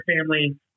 family